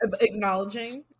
Acknowledging